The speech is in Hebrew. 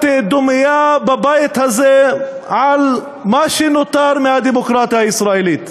דומייה בבית הזה על מה שנותר מהדמוקרטיה הישראלית.